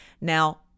Now